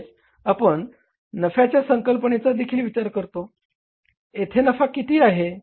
तसेच आपण नफ्याच्या संकल्पनेचा देखील विचार करतो येथे नफा किती आहे